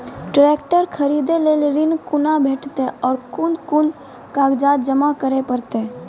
Tractor खरीदै लेल ऋण कुना भेंटते और कुन कुन कागजात जमा करै परतै?